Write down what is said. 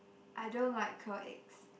I don't like quail eggs